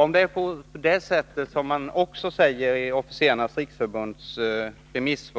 Om det är så som också sägs i Officerarnas riksförbunds remiss